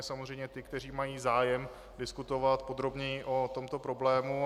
Samozřejmě ty, kteří mají zájem diskutovat podrobněji o tomto problému.